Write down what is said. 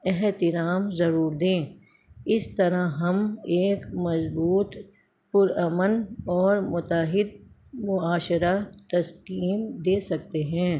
احترام ضرور دیں اس طرح ہم ایک مضبوط پر امن اور متحد معاشرہ تشکیل دے سکتے ہیں